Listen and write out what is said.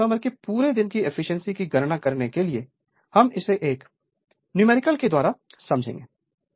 अब एक ट्रांसफार्मर की पूरे दिन की एफिशिएंसी की गणना करने के लिए हम इसे एक न्यूमेरिकल के द्वारा समझेंगे